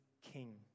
King